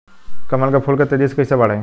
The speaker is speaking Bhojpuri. कमल के फूल के तेजी से कइसे बढ़ाई?